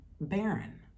barren